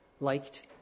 liked